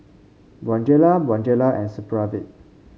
Bonjela Bonjela and Supravit